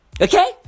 Okay